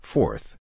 Fourth